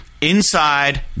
Inside